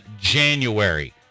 January